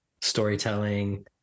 storytelling